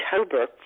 October